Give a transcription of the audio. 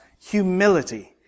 humility